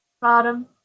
bottom